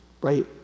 Right